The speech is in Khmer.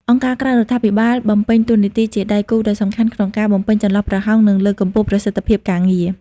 អង្គការក្រៅរដ្ឋាភិបាល បំពេញតួនាទីជាដៃគូដ៏សំខាន់ក្នុងការបំពេញចន្លោះប្រហោង និងលើកកម្ពស់ប្រសិទ្ធភាពការងារ។